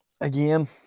again